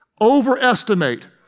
overestimate